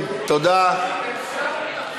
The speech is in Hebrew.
ההצבעה שלי לא נקלטה.